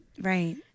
Right